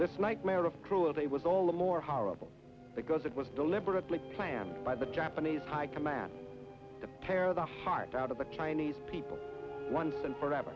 this nightmare of cruelty was all the more horrible because it was deliberately planned by the japanese high command to tear the heart out of the chinese people once and for